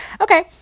Okay